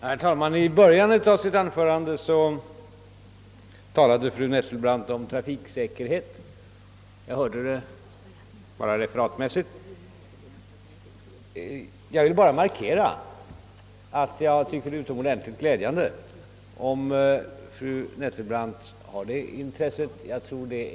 Herr talman! I början av sitt anförande, som jag har fått refererat för mig, talade fru Nettelbrandt om trafiksäkerheten. Jag tycker det är utomordentligt glädjande att fru Nettelbrandt är intresserad av den frågan.